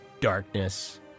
darkness